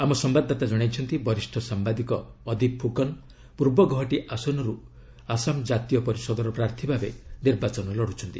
ଆମ ସମ୍ବାଦଦାତା ଜଣାଇଛନ୍ତି ବରିଷ୍ଠ ସାମ୍ଘାଦିକ ଅଦୀପ ଫୁକନ ପୂର୍ବ ଗୌହାଟୀ ଆସନରୁ ଆସାମ ଜାତୀୟ ପରିଷଦର ପ୍ରାର୍ଥୀଭାବେ ନିର୍ବାଚନ ଲଢୁଛନ୍ତି